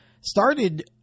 started